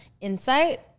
insight